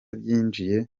byinjiye